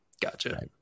Gotcha